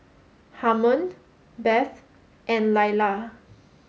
Harmon Beth and Lailah